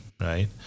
right